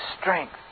strength